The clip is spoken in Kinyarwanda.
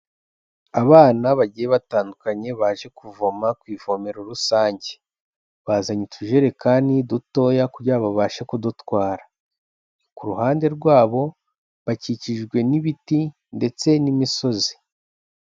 Abana bagiye batandukanye baje kuvoma k'ivomero rusange bazanye utujerekani dutoya kugira ngo babashe kudutwara ku ruhande rwabo bakikijwe n'ibiti ndetse n'imisozi.